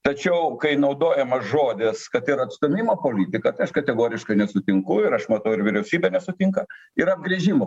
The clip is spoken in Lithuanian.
tačiau kai naudojamas žodis kad ir atstūmimo politika kategoriškai nesutinku ir aš matau ir vyriausybė nesutinka ir apgręžimų